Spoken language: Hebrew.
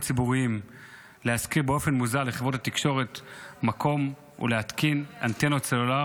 ציבוריים להשכיר באופן מוזל לחברות התקשורת מקום ולהתקין אנטנות סלולר,